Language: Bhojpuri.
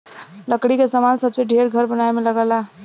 लकड़ी क सामान सबसे ढेर घर बनवाए में लगला